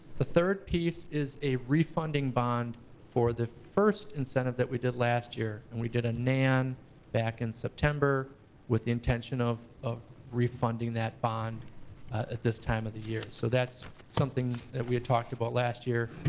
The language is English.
the third piece is a refunding bond for the first incentive that we did last year. and we did a nan back in september with the intention of of refunding that bond at this time of the year. so that's something that we had talked about last year.